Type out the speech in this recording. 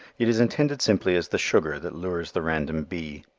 it is intended simply as the sugar that lures the random bee.